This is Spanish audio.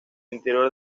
interior